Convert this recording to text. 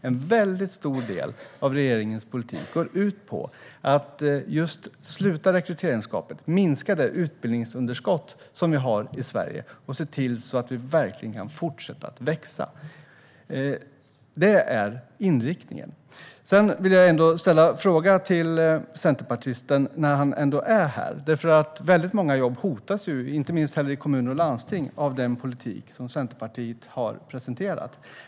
En väldigt stor del av regeringens politik går ut på att just sluta rekryteringsgapet, minska det utbildningsunderskott som vi har i Sverige och se till att vi verkligen kan fortsätta växa. Det är inriktningen. Jag vill ställa en fråga till centerpartisten, nu när han ändå står här. Väldigt många jobb, inte minst i kommuner och landsting, hotas av den politik som Centerpartiet har presenterat.